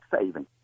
saving